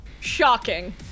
Shocking